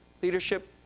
Leadership